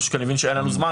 פשוט אני מבין שאין לנו זמן,